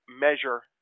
measure